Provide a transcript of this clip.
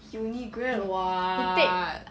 uni grad [what]